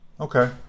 Okay